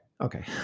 Okay